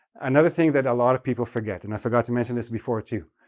another thing that a lot of people forget, and i forgot to mention this before too,